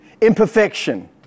imperfection